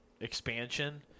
expansion